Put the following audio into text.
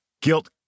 guilt